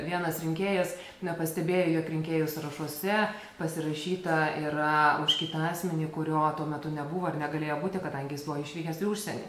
vienas rinkėjas nepastebėjo jog rinkėjų sąrašuose pasirašyta yra už kitą asmenį kurio tuo metu nebuvo ir negalėjo būti kadangi jis buvo išvykęs į užsienį